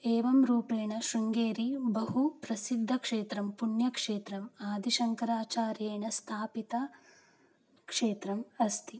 एवं रूपेण शृङ्गेरी बहू प्रसिद्धक्षेत्रं पुण्यक्षेत्रम् आदिशङ्कराचार्येण स्थापितं क्षेत्रम् अस्ति